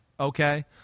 Okay